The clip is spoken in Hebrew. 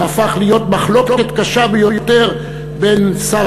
שהפך להיות מחלוקת קשה ביותר בין שר